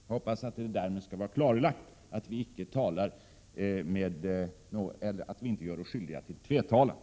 Jag hoppas att det därmed skall vara klarlagt att vi inte gör oss skyldiga till tvetalan.